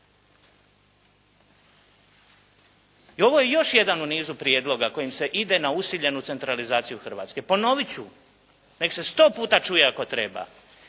Ovo je još jedan u nizu prijedloga kojim se ide na usiljenu centralizaciju Hrvatske. Ponoviti ću, neka se sto puta čuje ako treba.